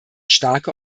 starke